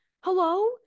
hello